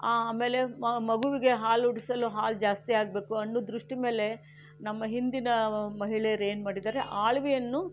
ಆಮೇಲೆ ಮ ಮಗುವಿಗೆ ಹಾಲುಡಿಸಲು ಹಾಲು ಜಾಸ್ತಿ ಆಗಬೇಕು ಅನ್ನೋ ದೃಷ್ಟಿ ಮೇಲೆ ನಮ್ಮ ಹಿಂದಿನ ಮಹಿಳೆಯರು ಏನು ಮಾಡಿದ್ದಾರೆ ಅಳವಿಯನ್ನು